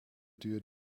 duur